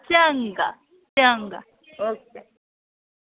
चंगा चंगा ओके